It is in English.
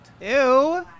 Ew